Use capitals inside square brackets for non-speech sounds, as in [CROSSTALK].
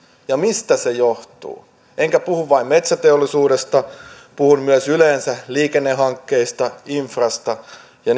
ja mistä se johtuu enkä puhu vain metsäteollisuudesta puhun myös yleensä liikennehankkeista infrasta ja [UNINTELLIGIBLE]